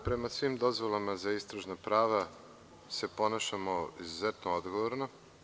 Mi prema svim dozvolama za istražna prava se ponašamo izuzetno odgovorno.